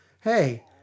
hey